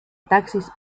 taxis